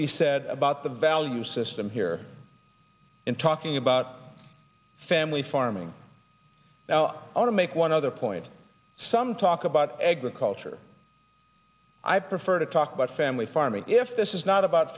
be said about the value system here in talking about family farming i'll make one other point some talk about agriculture i prefer to talk about family farming if this is not about